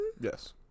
Yes